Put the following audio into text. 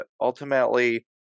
ultimately